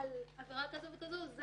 על עבירה כזאת וכזאת זה